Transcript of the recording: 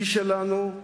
היא שלנו,